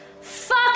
Fuck